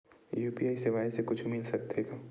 UPI सेवाएं से कुछु मिल सकत हे?